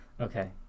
Okay